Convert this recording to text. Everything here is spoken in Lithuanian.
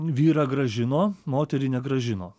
vyrą grąžino moterį negrąžino